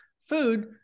food